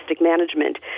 management